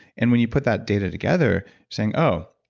and when you put that data together saying, oh,